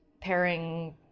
pairing